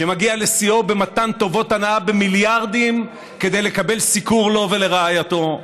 שמגיע לשיאו במתן טובות הנאה במיליארדים כדי לקבל סיקור לו ולרעייתו,